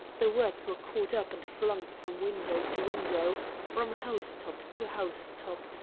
the words were caught up and flung from window to window, from house-top to house-top,